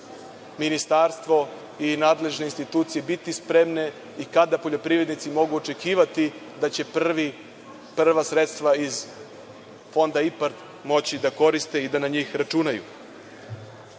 Ministarstvo i nadležne institucije biti spremne i kada poljoprivrednici mogu očekivati da će prva sredstva iz fonda IPAR moći da koriste i da na njih računaju? Takođe,